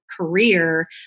career